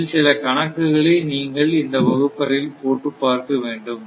அதில் சில கணக்குகளை நீங்கள் இந்த வகுப்பறையில் போட்டுப் பார்க்க வேண்டும்